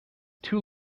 too